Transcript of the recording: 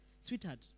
Sweetheart